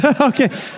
Okay